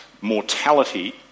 mortality